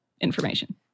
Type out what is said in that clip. information